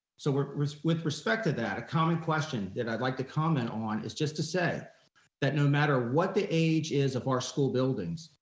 so with with respect to that, a common question that i'd like to comment on is just to say that no matter what the age is of our school buildings,